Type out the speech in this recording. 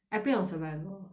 I play on survival